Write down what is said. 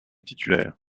titulaire